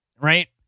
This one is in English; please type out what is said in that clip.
Right